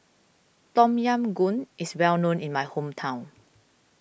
Tom Yam Goong is well known in my hometown